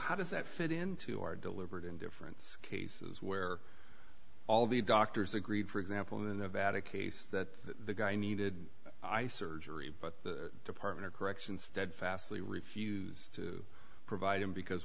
how does that fit into your deliberate indifference cases where all the doctors agreed for example in the vatican that the guy needed i surgery but the department of correction steadfastly refused to provide him because